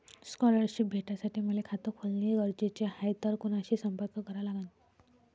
Scholarship भेटासाठी मले खात खोलने गरजेचे हाय तर कुणाशी संपर्क करा लागन?